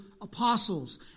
apostles